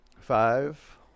Five